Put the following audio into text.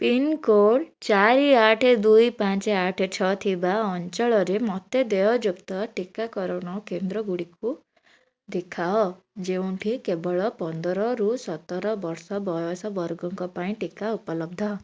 pincode ଚାରି ଆଠ ଦୁଇ ପାଞ୍ଚ ଆଠ ଛଅ ଥିବା ଅଞ୍ଚଳରେ ମୋତେ ଦେୟଯୁକ୍ତ ଟିକାକରଣ କେନ୍ଦ୍ରଗୁଡ଼ିକୁ ଦେଖାଅ ଯେଉଁଠି କେବଳ ପନ୍ଦରରୁ ସତର ବର୍ଷ ବୟସ ବର୍ଗଙ୍କ ପାଇଁ ଟିକା ଉପଲବ୍ଧ